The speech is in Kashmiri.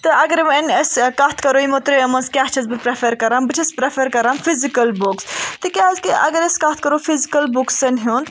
تہٕ اگر وۄںۍ ٲسۍ کَتھ کَرو یِمو ترٛیَو مَنٛز کیاہ چھس بہٕ پریفَر کَران بہٕ چھس پریفَر کَران فِزِکَل بُکٕس تہِ کیازِ کہِ اگر أسۍ کَتھ کَرو فِزِکَل بُکٕسَن ہُنٛد